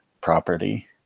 property